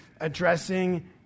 addressing